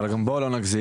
אבל גם בואו לא נגזים,